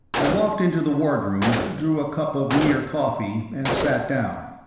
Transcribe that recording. i walked into the wardroom, drew a cup of near-coffee, and sat down.